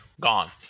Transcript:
Gone